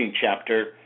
chapter